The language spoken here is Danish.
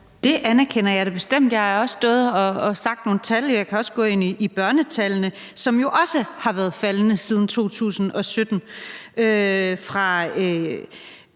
andet anerkender jeg da bestemt. Jeg har også stået og nævnt nogle tal, og jeg kan også komme ind på børnetallet, som jo også har været faldende siden 2017.